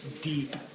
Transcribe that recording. deep